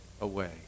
away